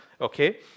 Okay